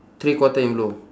three quarter in blue